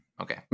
Okay